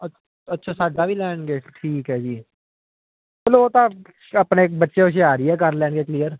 ਅ ਅੱਛਾ ਸਾਡਾ ਵੀ ਲੈਣਗੇ ਠੀਕ ਹੈ ਜੀ ਚਲੋ ਉਹ ਤਾਂ ਆਪਣੇ ਬੱਚੇ ਹੁਸ਼ਿਆਰ ਹੀ ਹੈ ਕਰ ਲੈਣਗੇ ਕਲੀਅਰ